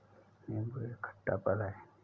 नीबू एक खट्टा फल है